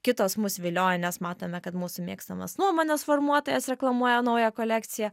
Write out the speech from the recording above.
kitos mus vilioja nes matome kad mūsų mėgstamas nuomonės formuotojas reklamuoja naują kolekciją